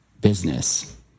business